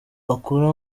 akora